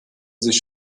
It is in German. sich